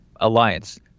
alliance